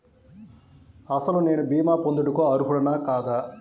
అసలు నేను భీమా పొందుటకు అర్హుడన కాదా?